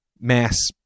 mass